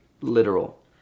literal